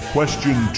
Question